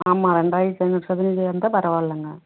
ஆமாம் ரெண்டாயிரத்தி ஐந்நூறு சதுரடியாக இருந்தால் பரவாயில்லங்க